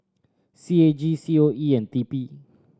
C A G C O E and T P